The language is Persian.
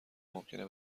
ممکنه